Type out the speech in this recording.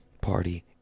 party